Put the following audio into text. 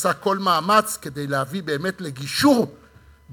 עשה כל מאמץ כדי להביא באמת לגישור בין